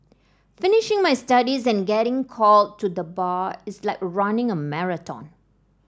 finishing my studies and getting called to the Bar is like running a marathon